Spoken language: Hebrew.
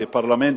כפרלמנטים,